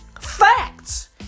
Facts